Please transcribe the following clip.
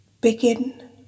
Begin